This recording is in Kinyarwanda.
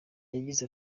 yagize